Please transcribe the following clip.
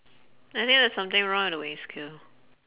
I think there's something wrong with the weighing scale